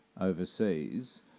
overseas